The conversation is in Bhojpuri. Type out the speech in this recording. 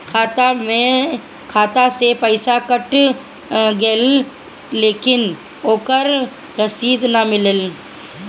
खाता से पइसा कट गेलऽ लेकिन ओकर रशिद न मिलल?